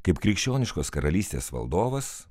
kaip krikščioniškos karalystės valdovas